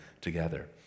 together